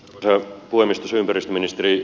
arvoisa puhemies